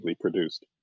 produced